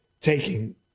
taking